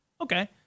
Okay